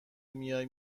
میای